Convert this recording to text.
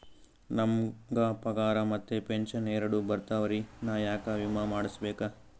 ನಮ್ ಗ ಪಗಾರ ಮತ್ತ ಪೆಂಶನ್ ಎರಡೂ ಬರ್ತಾವರಿ, ನಾ ಯಾಕ ವಿಮಾ ಮಾಡಸ್ಬೇಕ?